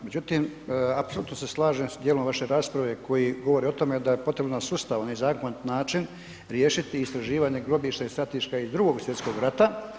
Međutim, apsolutno se slažem s dijelom vaše rasprave koji govori o tome da je potrebno na sustavan i zakonit način riješiti istraživanje grobišta i stratišta iz Drugog svjetskog rata.